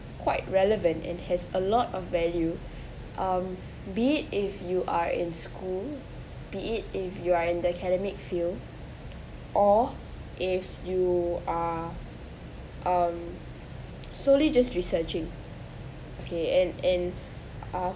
quite relevant and has a lot of value um be it if you are in school be it if you are in the academic field or if you are um solely just researching okay and and uh